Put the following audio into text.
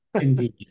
Indeed